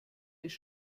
ist